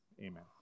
amen